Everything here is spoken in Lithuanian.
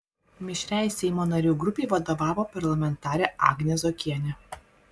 mišriai seimo narių grupei vadovavo parlamentarė agnė zuokienė